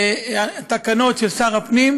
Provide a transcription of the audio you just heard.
התקנות של שר הפנים,